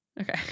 Okay